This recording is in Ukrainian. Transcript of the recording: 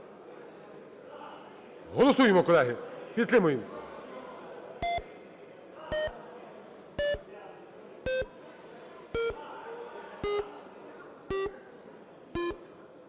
Голосуємо, колеги, підтримуємо.